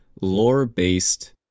lore-based